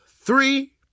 three